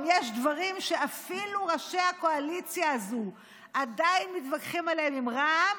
אם יש דברים שאפילו ראשי הקואליציה הזו עדיין מתווכחים עליהן עם רע"מ,